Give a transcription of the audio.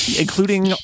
Including